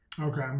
Okay